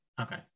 Okay